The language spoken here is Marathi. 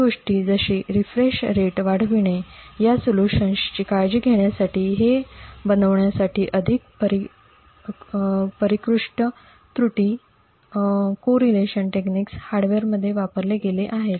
काही गोष्टी जसे रीफ्रेश रेट वाढविणे या सोल्युशन्सची काळजी घेण्यासाठी हे बनवण्यासाठी अधिक परिष्कृत त्रुटी परस्परसंबंधित तंत्र हार्डवेअरमध्ये वापरले गेले आहेत